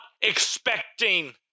expecting